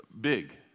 big